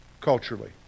culturally